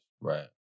Right